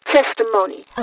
Testimony